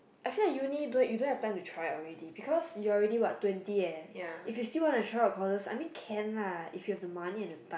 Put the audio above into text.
I feel like uni don't you don't have time to try out already because you are already what twenty eh if you still want to try out courses I mean can lah if you have the money and the time